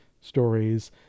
stories